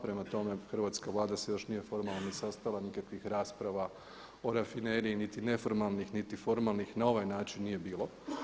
Prema tome, hrvatska Vlada se još nije formalno ni sastala, nikakvih rasprava o rafineriji niti neformalnih, niti formalnih na ovaj način nije bilo.